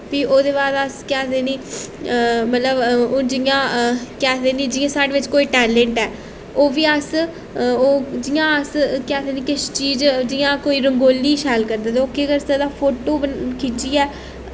फ्ही ओह्दे बाद अस केह् आखदे नी मतलब हून जियां केह् आखदे नी जियां साढ़े बिच्च कोई टैलेंट ऐ ओह् बी अस ओह् जियां केह् अस आखदे नी किश चीज़ जियां कोई रंगोली शैल करदा ते ओह् केह् करी सकदा फोटो खिच्चियै